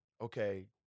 okay